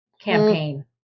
campaign